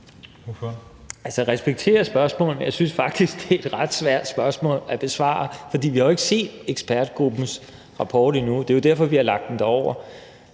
(V): Jeg respekterer spørgsmålet, men jeg synes faktisk, det er et ret svært spørgsmål at besvare, for vi har jo ikke set ekspertgruppens rapport endnu. Det er jo derfor, vi har lagt den derover.